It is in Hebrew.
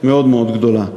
מאוד מאוד גדולה.